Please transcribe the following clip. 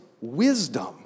wisdom